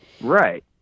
Right